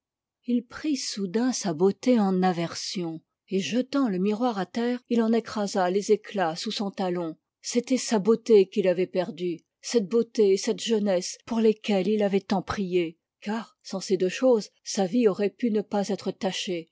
il prit soudain sa beauté en aversion et jetant le miroir à terre il en écrasa les éclats sous son talon c'était sa beauté qui l'avait perdu cette beauté et cette jeunesse pour lesquelles il avait tant prié car sans ces deux choses sa vie aurait pu ne pas être tachée